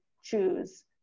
choose